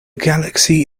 galaxy